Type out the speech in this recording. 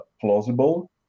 plausible